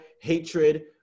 hatred